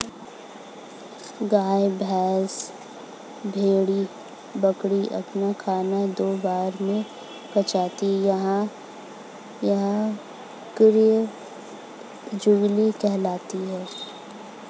गाय, भैंस, भेड़, बकरी अपना खाना दो बार में पचा पाते हैं यह क्रिया जुगाली कहलाती है